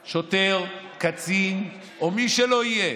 שוטר, קצין, או מי שלא יהיה.